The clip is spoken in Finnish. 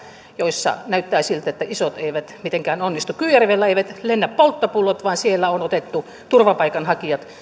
joissa näyttää siltä että isot eivät mitenkään onnistu kyyjärvellä eivät lennä polttopullot vaan siellä on otettu turvapaikanhakijat